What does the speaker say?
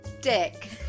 Dick